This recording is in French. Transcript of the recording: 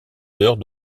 heures